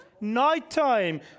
Nighttime